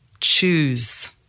choose